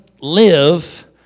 live